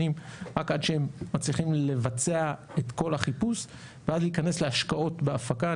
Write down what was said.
שנים רק עד שהם מצליחים לבצע את כל החיפוש ואז להיכנס להשקעות בהפקה.